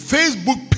Facebook